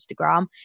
Instagram